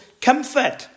comfort